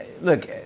Look